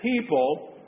people